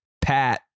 Pat